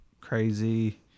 crazy